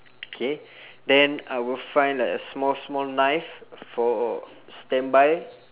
K then I will find like a small small knife for standby